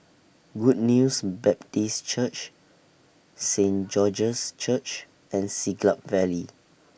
Good News Baptist Church Saint George's Church and Siglap Valley